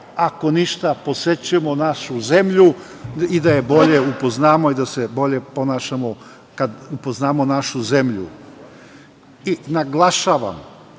drugo, da posećujemo našu zemlju i da je bolje upoznamo, da se bolje ponašamo kada upoznamo našu zemlju. Naglašavam,